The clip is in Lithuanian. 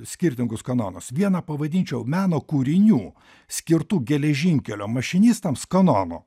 skirtingus kanonus vieną pavadinčiau meno kūrinių skirtų geležinkelio mašinistams kanonu